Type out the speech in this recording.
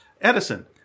Edison